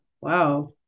wow